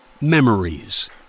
Memories